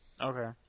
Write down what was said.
Okay